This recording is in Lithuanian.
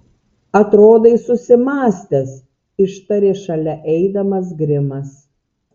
atrodai susimąstęs ištarė šalia eidamas grimas